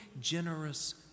generous